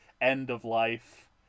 end-of-life